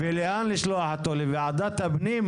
ולאן לשלוח אותו לוועדת הפנים?